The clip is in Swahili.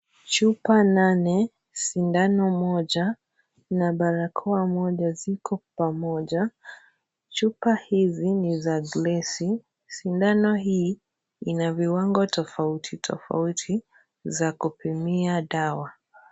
Chupa nane, sindano moja na barakoa moja Iko pamoja, chupa hizi ni za glasi, sindano hii ina viwango tofauti tofauti za kupimia dawa.